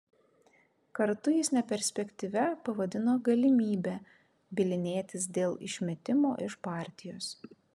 kartu jis neperspektyvia pavadino galimybę bylinėtis dėl išmetimo iš partijos